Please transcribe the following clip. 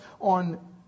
on